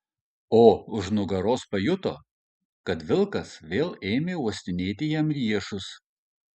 o už nugaros pajuto kad vilkas vėl ėmė uostinėti jam riešus